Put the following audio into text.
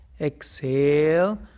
Exhale